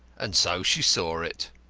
and so she saw it.